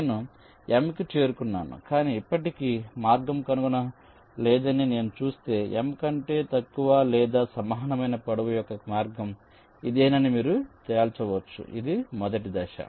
నేను M కి చేరుకున్నాను కాని ఇప్పటికీ మార్గం కనుగొనబడలేదని నేను చూస్తే M కంటే తక్కువ లేదా సమానమైన పొడవు యొక్క మార్గం ఇదేనని మీరు తేల్చవచ్చు ఇది మొదటి దశ